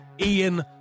Ian